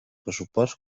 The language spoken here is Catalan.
pressupost